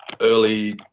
early